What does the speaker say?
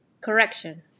Correction